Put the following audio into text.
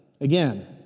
again